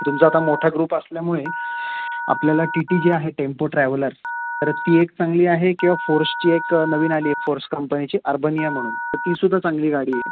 तुमचा आता मोठा ग्रुप असल्यामुळे आपल्याला टी टी जी आहे टेम्पो ट्रॅव्हलर्स तर ती एक चांगली आहे किंवा फोर्स्टची एक नवीन आली आहे फोर्स् कंपनीची अर्बनिया म्हणून तर तीसुद्धा चांगली गाडी आहे